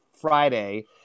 Friday